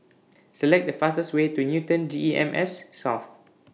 Select The fastest Way to Newton G E M S South